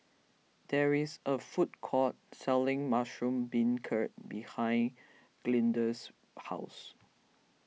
there is a food court selling Mushroom Beancurd behind Glenda's house